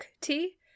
tea